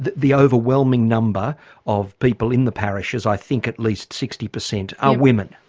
the the overwhelming number of people in the parishes, i think at least sixty per cent, are women.